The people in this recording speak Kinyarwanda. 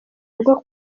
rugo